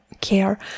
care